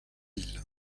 ville